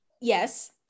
yes